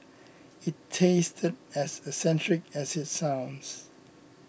it tasted as eccentric as it sounds